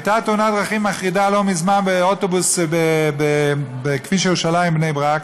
הייתה תאונת דרכים מחרידה לא מזמן באוטובוס בכביש ירושלים בני-ברק,